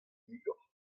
digor